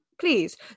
Please